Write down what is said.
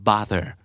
Bother